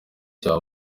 cya